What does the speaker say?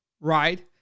right